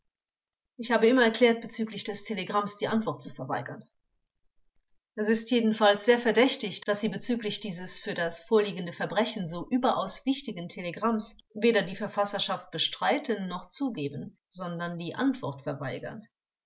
ich habe immer erklärt bezüglich des telegramms die antwort zu verweigern vors es ist jedenfalls sehr verdächtig daß sie bezüglich dieses für das vorliegende verbrechen so überaus wichtigen telegramms weder die verfasserschaft bestreiten noch zugeben sondern die antwort verweigern